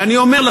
ואני אומר,